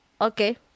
okay